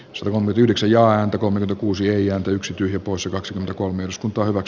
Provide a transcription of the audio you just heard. suomen yhdeksi ja antakoon nyt kuusi ja yksi tyhjä poissa kaksi kolme ts port